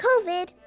COVID